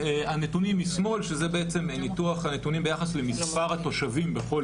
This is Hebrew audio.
הנתונים משמאל שזה בעצם ניתוח הנתונים ביחס למספר התושבים בכל